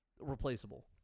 replaceable